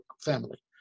family